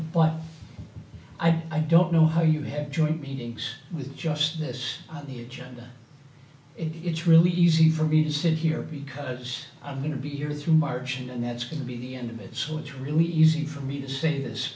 but i don't know how you have joint meetings with just this on the agenda it's really easy for me to sit here because i'm going to be here through march and that's going to be end of it so it's really easy for me to say this